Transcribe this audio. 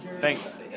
Thanks